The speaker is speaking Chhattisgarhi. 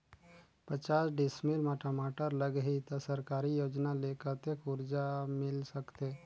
पचास डिसमिल मा टमाटर लगही त सरकारी योजना ले कतेक कर्जा मिल सकथे?